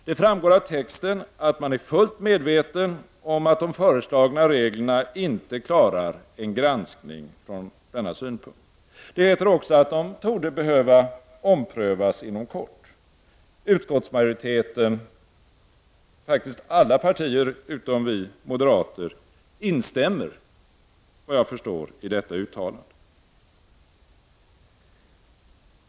Det framgår av texten att man är fullt medveten om att de föreslagna reglerna inte klarar en granskning från denna synpunkt. Det heter också att de torde behöva omprövas inom kort. Utskottsmajoriteten — alla andra partier än moderaterna — instämmer i detta uttalande.